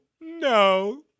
no